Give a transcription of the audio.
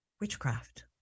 witchcraft